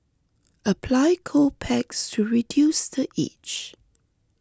apply cold packs to reduce the itch